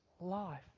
life